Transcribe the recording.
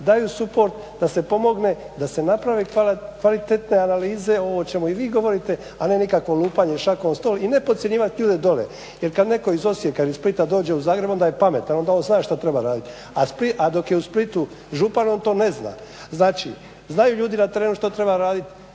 daju suport da se pomogne, da se napravi kvalitetne analize, ovo o čemu i vi govorite a ne nikakvo lupanje šakom o stol i ne podcjenjivat ljude dole jer kad netko iz Osijeka ili Splita dođe u Zagreb onda je pametan, onda on zna šta treba raditi a dok je u Splitu županom to ne zna. Znači znaju ljudi da treba, što treba radit,